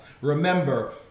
remember